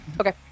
Okay